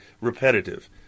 repetitive